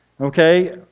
okay